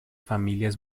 familias